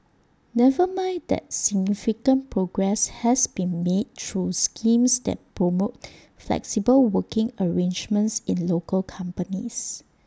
never mind that significant progress has been made through schemes that promote flexible working arrangements in local companies